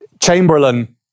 Chamberlain